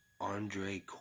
Andre